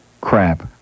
crap